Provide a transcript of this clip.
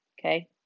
Okay